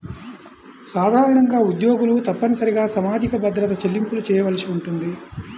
సాధారణంగా ఉద్యోగులు తప్పనిసరిగా సామాజిక భద్రత చెల్లింపులు చేయవలసి ఉంటుంది